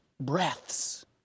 breaths